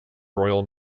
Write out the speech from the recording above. royal